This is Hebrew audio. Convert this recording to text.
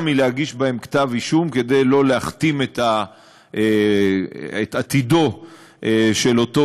מלהגיש בהם כתב-אישום כדי שלא להכתים את העתיד של אותו